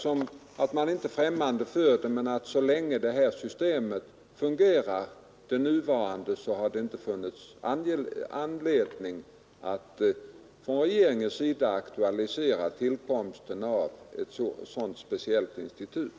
Så länge det nuvarande systemet fungerar har det emellertid inte funnits anledning att från regeringens sida aktualisera tillkomsten av ett sådant speciellt institut.